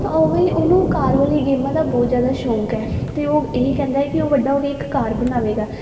ਤਾਂ ਉਵੇਂ ਹੀ ਉਹਨੂੰ ਕਾਰ ਵਾਲੀ ਗੇਮਾਂ ਦਾ ਬਹੁਤ ਜ਼ਿਆਦਾ ਸ਼ੌਂਕ ਹੈ ਅਤੇ ਉਹ ਇਹੀ ਕਹਿੰਦਾ ਕਿ ਉਹ ਵੱਡਾ ਹੋ ਕੇ ਇੱਕ ਕਾਰ ਬਣਾਵੇਗਾ